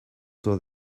saw